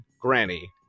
Granny